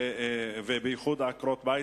בייחוד עקרות-בית,